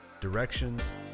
directions